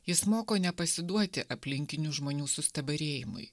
jis moko nepasiduoti aplinkinių žmonių sustabarėjimui